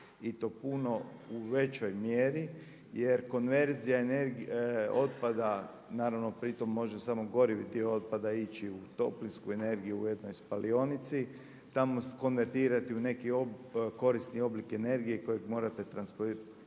i to puno u većoj mjeri jer konverzija otpada naravno pri tom može samo gorivi dio otpada ići toplinsku energiju u jednoj spalionici, tamo se konvertirati u neki korisni oblik energije kojeg morate transportirati.